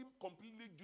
completely